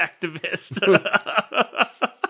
activist